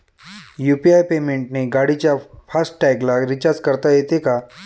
UPI पेमेंटने गाडीच्या फास्ट टॅगला रिर्चाज करता येते का?